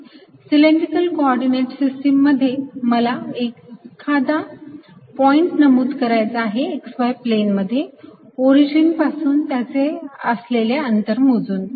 cylindrical coordinate system मध्ये मला एखादा पॉईंट नमूद करायचा आहे x y प्लेन मध्ये ओरिजिन पासून त्याचे असलेले अंतर मोजून